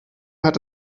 hat